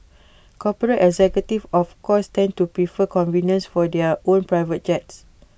corporate executives of course tend to prefer convenience for their own private jets